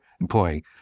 employing